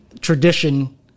tradition